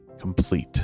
complete